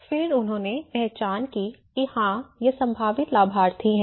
फिर उन्होंने पहचान की कि हाँ ये संभावित लाभार्थी हैं